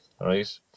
right